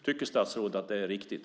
Tycker statsrådet att det är riktigt?